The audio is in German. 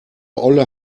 olle